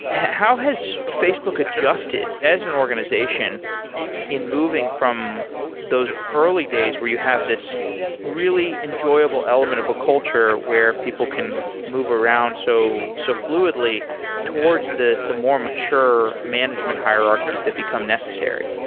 how has facebook adjusted as an organization in moving from those early days where you have this really enjoyable element of a culture where people can move around so so fluidly towards the the more mature management hierarchies that become necessary?